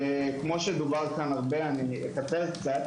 כמו שדובר כאן הרבה אני אקצר קצת